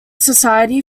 society